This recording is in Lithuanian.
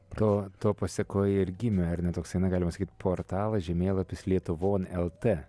to to pasekoj ir gimė ar ne toksai na galima sakyt portalas žemėlapis lietuvon lt